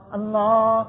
Allah